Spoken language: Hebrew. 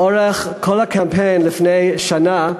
לאורך כל הקמפיין לפני שנה,